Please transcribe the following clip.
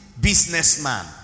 businessman